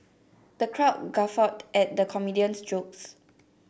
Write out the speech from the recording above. the crowd guffawed at the comedian's jokes